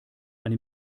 eine